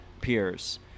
peers